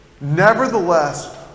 Nevertheless